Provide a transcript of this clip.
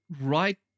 right